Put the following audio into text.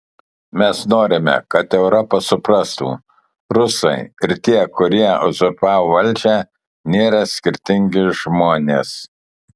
mes norime kad europa suprastų rusai ir tie kurie uzurpavo valdžią nėra skirtingi žmonės